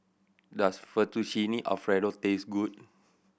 does Fettuccine Alfredo taste good